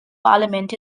parliament